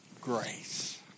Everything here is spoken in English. grace